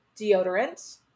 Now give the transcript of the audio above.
deodorant